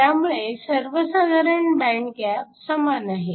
त्यामुळे सर्वसाधारण band gap समान आहे